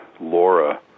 Laura